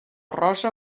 rosa